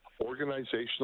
organizational